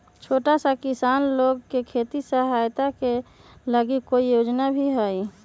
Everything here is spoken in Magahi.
का छोटा किसान लोग के खेती सहायता के लगी कोई योजना भी हई?